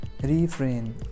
refrain